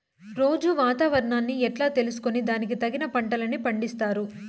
రోజూ వాతావరణాన్ని ఎట్లా తెలుసుకొని దానికి తగిన పంటలని పండిస్తారు?